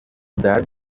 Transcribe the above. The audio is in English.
that